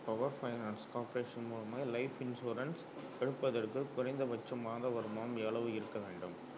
power finance corporation மூலமாக life insurance எடுப்பதற்கு குறைந்தபட்ச மாத வருமானம் எவ்வளவு இருக்கவேண்டும்